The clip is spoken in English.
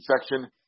section